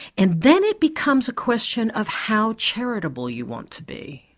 and then it becomes a question of how charitable you want to be,